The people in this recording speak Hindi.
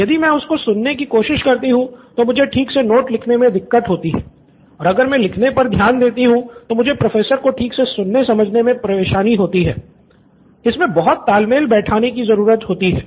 यदि मैं उनको सुनने की कोशिश करती हूँ तो मुझे ठीक से नोट्स लिखने मे दिक्कत होती है और अगर मैं लिखने पर ध्यान देती हूं तो मुझे प्रोफेसर को ठीक से सुनने समझने मे परेशानी होती है इसमे बहुत ताल मेल बैठाने कि जरूरत होती है